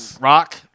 Rock